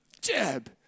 jab